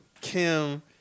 Kim